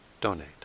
donate